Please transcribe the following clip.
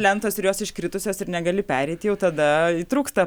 lentos ir jos iškritusios ir negali pereit jau tada įtrūksta